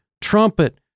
trumpet